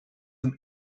him